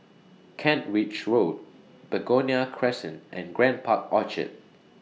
Kent Ridge Road Begonia Crescent and Grand Park Orchard